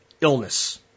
illness